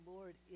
Lord